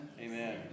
Amen